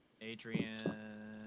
Adrian